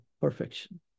perfection